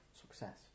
success